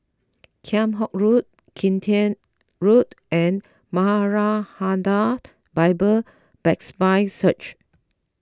Kheam Hock Road Kian Teck Road and Maranatha Bible Presby Church